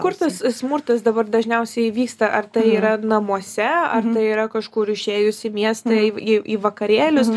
kur tas smurtas dabar dažniausiai vyksta ar tai yra namuose ar tai yra kažkur išėjus į miestą į v į į vakarėlius